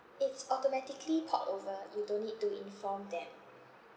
it's automatically port over you don't need to inform them